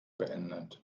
beendet